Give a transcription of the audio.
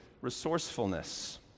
Resourcefulness